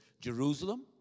Jerusalem